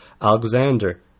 Alexander